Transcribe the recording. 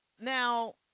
now